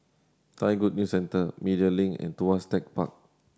Thai Good News Centre Media Link and Tuas Tech Park